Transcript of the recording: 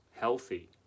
healthy